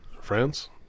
France